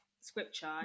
scripture